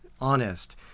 honest